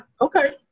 okay